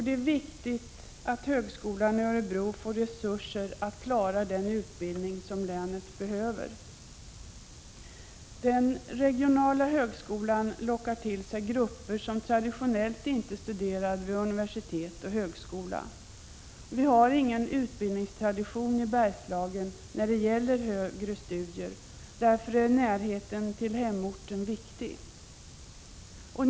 Det är viktigt att högskolan i Örebro får resurser att klara den utbildning länet behöver. Den regionala högskolan lockar till sig grupper som traditionellt inte studerar vid universitet och högskola. Vi har ingen utbildningstradition i Bergslagen när det gäller högre studier. Därför är närheten till hemorten viktig.